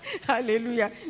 Hallelujah